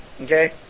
Okay